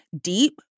deep